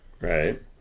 right